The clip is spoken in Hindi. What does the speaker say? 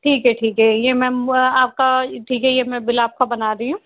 ठीक है ठीक है ये मैम आपका ठीक है ये मैं बिल आपका बना रही हूँ